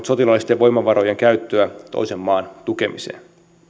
sotilaallisten voimavarojen käyttöä toisen maan tukemiseen